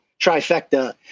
trifecta